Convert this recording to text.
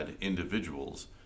individuals